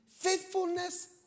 Faithfulness